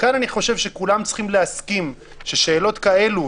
כאן אני חושב שכולם צריכים להסכים ששאלות כאלה,